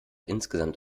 insgesamt